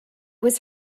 was